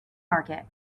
market